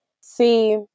See